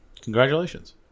Congratulations